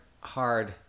hard